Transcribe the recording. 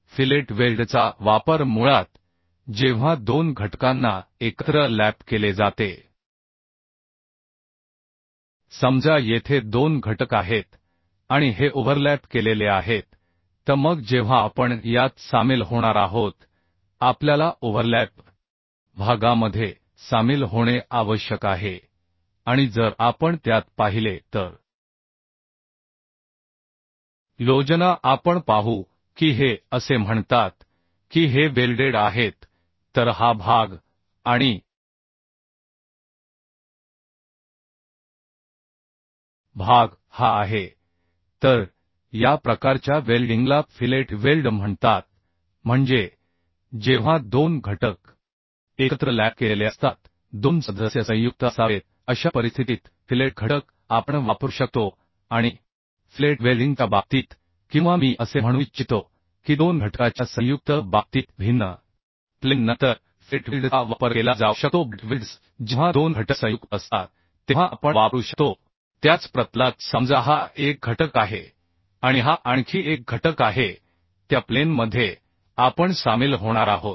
fillet वेल्डचा वापर मुळात जेव्हा 2 घटकांना एकत्र लॅप केले जाते समजा येथे 2 घटक आहेत आणि हे ओव्हरलॅप केलेले आहेत तर मग जेव्हा आपण यात सामील होणार आहोत आपल्याला ओव्हरलॅप भागामध्ये सामील होणे आवश्यक आहे आणि जर आपण त्यात पाहिले तर योजना आपण पाहू की हे असे म्हणतात की हे वेल्डेड आहेत तर हा भाग आणि भाग हा आहे तर या प्रकारच्या वेल्डिंगला फिलेट वेल्ड म्हणतात म्हणजे जेव्हा 2 घटक एकत्र लॅप केलेले असतात 2 सदस्य संयुक्त असावेत अशा परिस्थितीत फिलेट घटक आपण वापरू शकतो आणि फिलेट वेल्डिंगच्या बाबतीत किंवा मी असे म्हणू इच्छितो की 2 घटका च्या जॉइंट बाबतीत भिन्न प्लेन नंतर फिलेट वेल्डचा वापर केला जाऊ शकतो बट वेल्ड्स जेव्हा 2 घटक जॉइंट असतात तेव्हा आपण वापरू शकतो त्याच प्रतलात समजा हा एक घटक आहे आणि हा आणखी एक घटक आहे त्या प्लेन मध्ये आपण सामील होणार आहोत